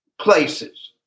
places